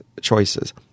choices